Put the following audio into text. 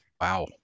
Wow